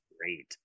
great